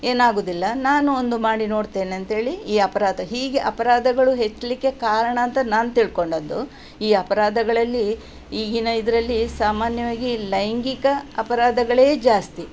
ಏನಾಗುವುದಿಲ್ಲ ನಾನೂ ಒಂದು ಮಾಡಿ ನೋಡ್ತೇನೆ ಅಂತೇಳಿ ಈ ಅಪರಾಧ ಹೀಗೆ ಅಪರಾಧಗಳು ಹೆಚ್ಚಲಿಕ್ಕೆ ಕಾರಣ ಅಂತ ನಾನು ತಿಳ್ಕೊಂಡಿದ್ದು ಈ ಅಪರಾಧಗಳಲ್ಲಿ ಈಗಿನ ಇದರಲ್ಲಿ ಸಾಮಾನ್ಯವಾಗಿ ಲೈಂಗಿಕ ಅಪರಾಧಗಳೇ ಜಾಸ್ತಿ